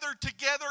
together